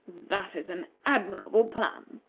that is an admirable plan,